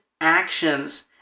actions